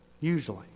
Usually